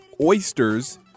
oysters